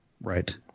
right